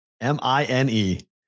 M-I-N-E